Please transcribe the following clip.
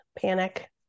panic